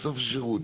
בסוף שירות.